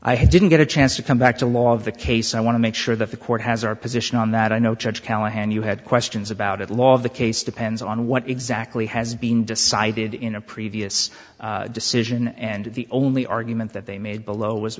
i didn't get a chance to come back to law of the case i want to make sure that the court has our position on that i know judge callahan you had questions about it a lot of the case depends on what exactly has been decided in a previous decision and the only argument that they made below was